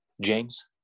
James